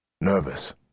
Nervous